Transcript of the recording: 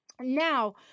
Now